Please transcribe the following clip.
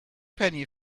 penny